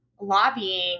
lobbying